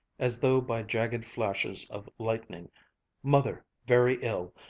as though by jagged flashes of lightning mother very ill.